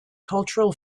cultural